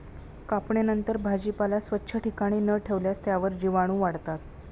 कापणीनंतर भाजीपाला स्वच्छ ठिकाणी न ठेवल्यास त्यावर जीवाणूवाढतात